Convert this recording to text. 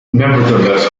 nevertheless